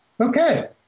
okay